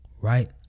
right